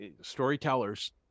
storytellers